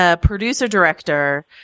producer-director